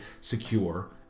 secure